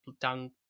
down